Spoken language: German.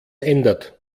ändert